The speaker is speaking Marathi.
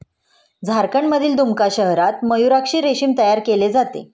झारखंडमधील दुमका शहरात मयूराक्षी रेशीम तयार केले जाते